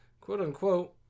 quote-unquote